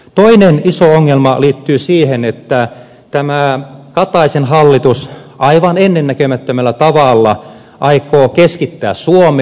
toinen iso ongelma liittyy siihen että tämä kataisen hallitus aivan ennennäkemättömällä tavalla aikoo keskittää suomea